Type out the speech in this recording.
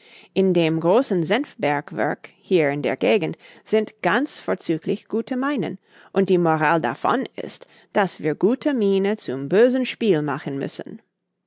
in dem großen senf bergwerk hier in der gegend sind ganz vorzüglich gute minen und die moral davon ist daß wir gute miene zum bösen spiel machen müssen